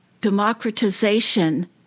democratization